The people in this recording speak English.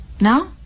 Now